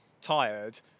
tired